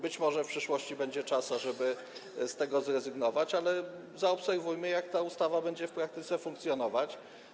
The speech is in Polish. Być może w przyszłości będzie czas, ażeby z tego zrezygnować, ale zaobserwujmy, jak ta ustawa będzie w praktyce funkcjonować.